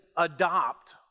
adopt